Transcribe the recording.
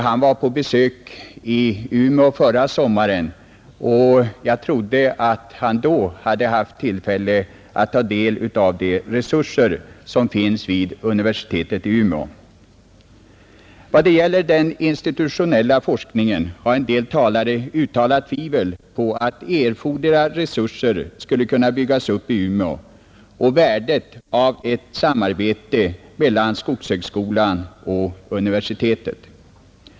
Han var på besök i Umeå förra sommaren och jag trodde att han då hade haft tillfälle att få kännedom om de resurser som finns vid universitetet i Umeå. När det gäller den institutionella forskningen har en del uttalat tvivel om att erforderliga resurser skall kunna byggas upp i Umeå och värdet av ett samarbete mellan skogshögskolan och universitetet.